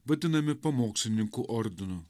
vadinami pamokslininkų ordinu